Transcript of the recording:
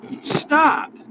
stop